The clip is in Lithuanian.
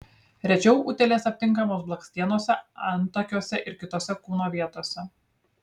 rečiau utėlės aptinkamos blakstienose antakiuose ir kitose kūno vietose